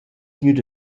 gnüda